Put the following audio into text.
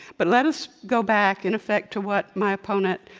but let us go back, in effect, to what my opponent,